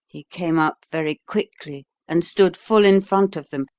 he came up very quickly, and stood full in front of them,